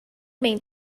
main